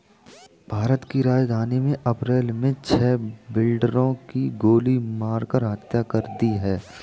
भारत की राजधानी में अप्रैल मे छह बिल्डरों की गोली मारकर हत्या कर दी है